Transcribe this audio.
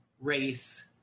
race